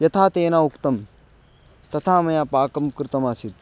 यथा तेन उक्तं तथा मया पाकं कृतमासीत्